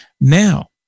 Now